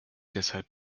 deshalb